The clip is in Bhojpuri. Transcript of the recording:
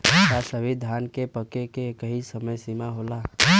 का सभी धान के पके के एकही समय सीमा होला?